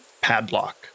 padlock